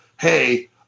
Hey